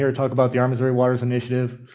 and talk about the our missouri waters initiative.